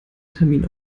termin